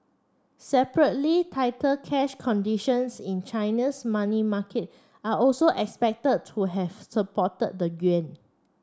separately tighter cash conditions in China's money market are also expected to have supported the yuan